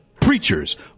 preachers